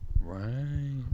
Right